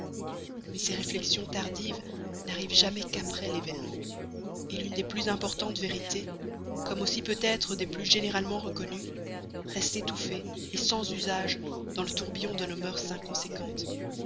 mais ces réflexions tardives n'arrivent jamais qu'après l'événement l'une des plus importantes vérités comme aussi peut-être des plus généralement reconnues reste étouffée sans usage dans le tourbillon de nos mœurs inconséquentes